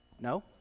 No